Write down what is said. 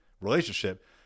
relationship